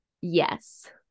Yes